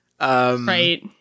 Right